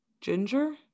Ginger